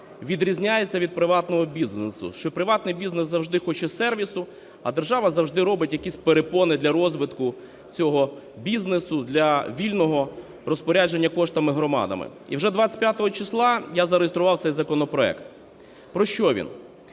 відрізняється від приватного бізнесу, що приватний бізнес завжди хоче сервісу, а держава завжди робить якісь перепони для розвитку цього бізнесу, для вільного розпорядження коштами громадами. І вже 25 числа я зареєстрував цей законопроект. Про що він?